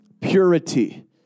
purity